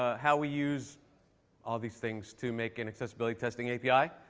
ah how we use all these things to make an accessibility testing api.